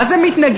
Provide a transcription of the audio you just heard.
מה זה מתנגד?